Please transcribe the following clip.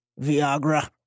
Viagra